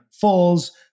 falls